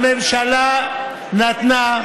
הממשלה נתנה,